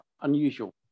unusual